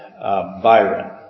Byron